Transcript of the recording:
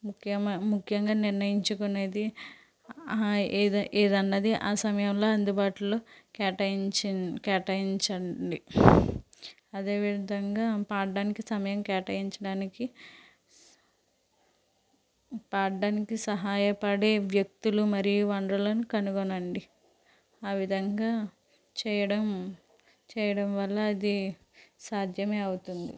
ముఖ్యమా ముఖ్యంగా నిర్ణయించుకున్నది ఆహా ఏది ఏదన్నది ఆ సమయంలో అందుబాటులో కేటాయించి కేటాయించండి అదేవిధంగా పాడడానికి సమయం కేటాయించడానికి పాడడానికి సహాయపడే వ్యక్తులు మరియు వనరులను కనుగొనండి ఆ విధంగా చేయడం చేయడం వల్ల అది సాధ్యమే అవుతుంది